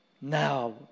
now